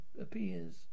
appears